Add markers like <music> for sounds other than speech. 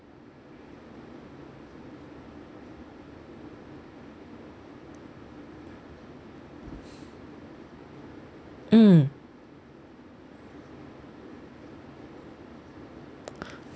mm <noise>